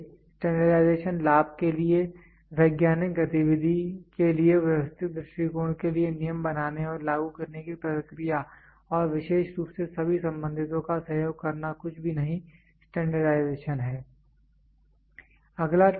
इसलिए स्टैंडर्डाइजेशन लाभ के लिए वैज्ञानिक गतिविधि के लिए व्यवस्थित दृष्टिकोण के लिए नियम बनाने और लागू करने की प्रक्रिया और विशेष रूप से सभी संबंधितों का सहयोग करना कुछ भी नहीं स्टैंडर्डाइजेशन है